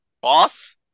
boss